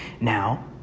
Now